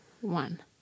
one